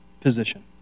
position